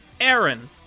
Aaron